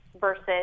versus